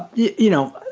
yeah you know,